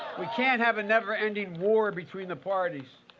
we can't have a never-ending war between the parties.